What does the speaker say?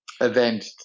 event